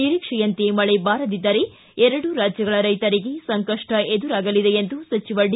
ನಿರೀಕ್ಷೆಯಂತೆ ಮಳೆ ಬಾರದಿದ್ದರೆ ಎರಡೂ ರಾಜ್ಯಗಳ ರೈತರಿಗೆ ಸಂಕಷ್ಟ ಎದುರಾಗಲಿದೆ ಎಂದು ಸಚಿವ ಡಿ